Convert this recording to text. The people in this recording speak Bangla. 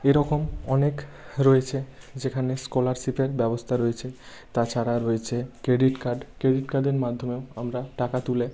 এরকম অনেক রয়েছে যেখানে স্কলারশিপের ব্যবস্থা রয়েছে তাছাড়া রয়েছে ক্রেডিট কার্ড ক্রেডিট কার্ডের মাধ্যমেও আমরা টাকা তুলে